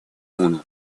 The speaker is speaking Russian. муну